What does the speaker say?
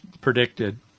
predicted